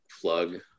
Plug